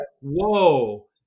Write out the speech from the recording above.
whoa